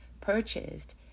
purchased